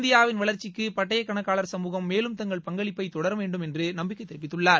இந்தியாவின் வளர்ச்சிக்கு பட்டய கணக்காளர் சமூகம் மேலும் தங்கள் பங்களிப்பை தொடரும் என்று நம்பிக்கை தெரிவித்துள்ளார்